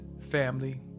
family